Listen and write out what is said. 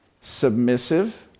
submissive